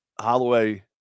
Holloway